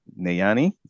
Nayani